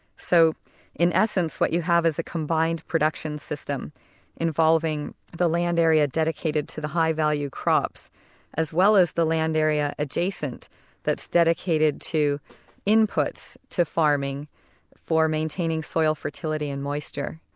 so in essence what you have is a combined production system involving the land area dedicated to the high value crops as well as the land area adjacent that's dedicated to inputs to farming for maintaining soil fertility and moisture.